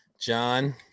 John